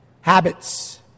habits